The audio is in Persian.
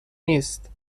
نیست